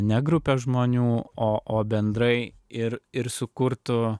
ne grupę žmonių o bendrai ir ir sukurtų